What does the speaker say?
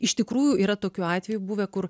iš tikrųjų yra tokių atvejų buvę kur